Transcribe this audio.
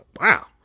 wow